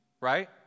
right